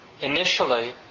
initially